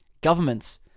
Governments